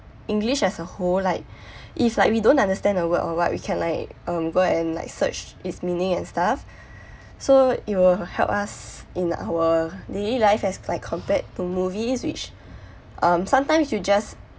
english as a whole like if like we don't understand a word or what we can like go and like search its meaning and stuff so it will help us in our daily life as like compared to movies which um sometimes you just